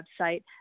website